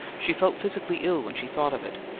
she felt physically ill when she thought of it,